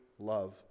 love